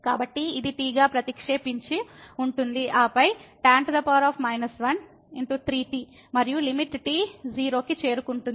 కాబట్టి ఇది t గా ప్రతిక్షేపించు ఉంటుంది ఆపై tan 1 మరియు లిమిట్ t 0 కి చేరుకుంటుంది